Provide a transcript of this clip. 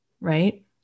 right